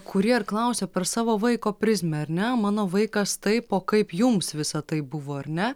kurie ir klausė per savo vaiko prizmę ar ne mano vaikas taip o kaip jums visa tai buvo ar ne